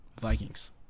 Vikings